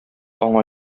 аңа